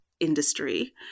industry